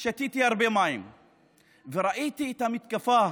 שתיתי הרבה מים וראיתי את המתקפה